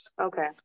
Okay